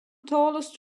tallest